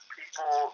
people